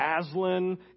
Aslan